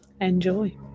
enjoy